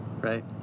Right